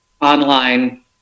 online